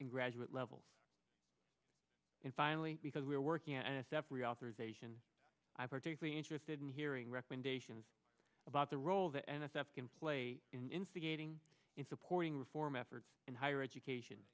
and graduate level and finally because we're working on a step reauthorization i'm particularly interested in hearing recommendations about the role the n s f can play in instigating in supporting reform efforts in higher education